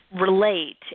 relate